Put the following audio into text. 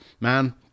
man